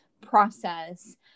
process